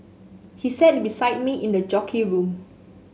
he sat beside me in the jockey room